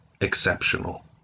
exceptional